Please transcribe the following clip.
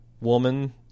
Woman